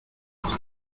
aho